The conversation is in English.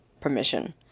permission